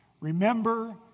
Remember